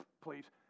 please